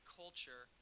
culture